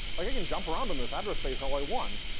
like i can jump around in this address space all i want.